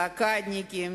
בלוקדניקים,